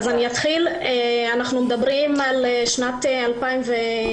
אנחנו מדברים על שנת 2018,